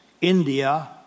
India